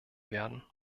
werden